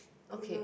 okay